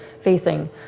facing